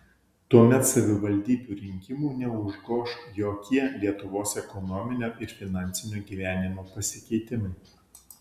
tuomet savivaldybių rinkimų neužgoš jokie lietuvos ekonominio ir finansinio gyvenimo pasikeitimai